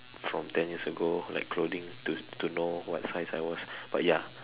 from ten years ago like clothing to to know what size I was but ya